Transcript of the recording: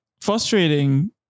frustrating